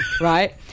right